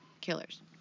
killers